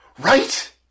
Right